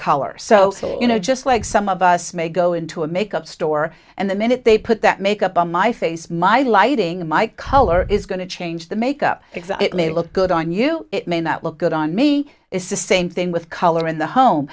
colors so you know just like some of us may go into a makeup store and the minute they put that make up on my face my lighting my color is going to change the make up look good on you it may not look good on me it's the same thing with color in the home